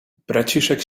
braciszek